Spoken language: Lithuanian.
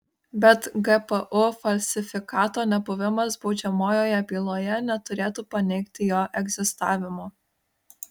bet gpu falsifikato nebuvimas baudžiamojoje byloje neturėtų paneigti jo egzistavimo